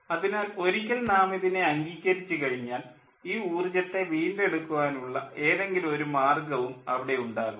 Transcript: അതിനാൽ ഒരിക്കൽ നാമിതിനെ അംഗീകരിച്ചു കഴിഞ്ഞാൽ ഈ ഊർജ്ജത്തെ വീണ്ടെടുക്കുവാനുള്ള ഏതെങ്കിലും ഒരു മാർഗ്ഗവും അവിടെ ഉണ്ടാകും